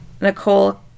Nicole